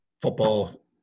football